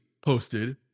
posted